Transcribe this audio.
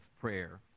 prayer